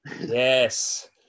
Yes